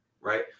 right